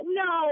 no